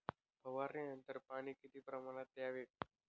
फवारणीनंतर पाणी किती प्रमाणात द्यावे?